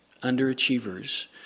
underachievers